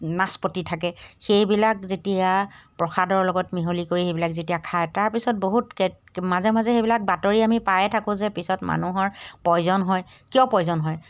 নাচপতি থাকে সেইবিলাক যেতিয়া প্ৰসাদৰ লগত মিহলি কৰি সেইবিলাক যেতিয়া খায় তাৰপিছত বহুত মাজে মাজে সেইবিলাক বাতৰি আমি পায়ে থাকোঁ যে পিছত মানুহৰ পয়জন হয় কিয় পয়জন হয়